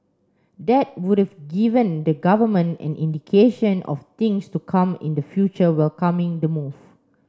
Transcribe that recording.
that would've given the government an indication of things to come in the future welcoming the move